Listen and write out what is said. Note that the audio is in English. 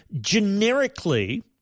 generically